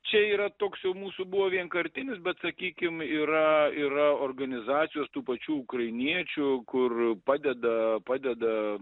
čia yra toks jau mūsų buvo vienkartinis bet sakykim yra yra organizacijos tų pačių ukrainiečių kur padeda padeda